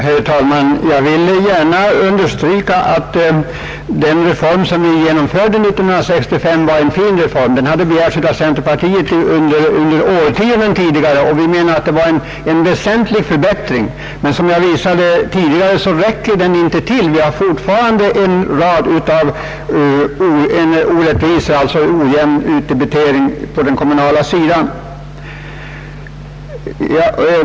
Herr talman! Jag vill gärna understryka att den skatteutjämningsreform som vi genomförde 1965 var värdefull. Den hade begärts av centerpartiet under årtionden. Vi menar att det var en väsentlig förbättring, men som jag tidigare påvisat den räcker inte. Vi har fortfarande en rad av orättvisor kvar, alltså en ojämn utdebitering på den kommunala sidan.